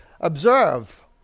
Observe